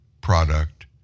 product